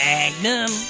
Magnum